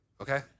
okay